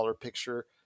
picture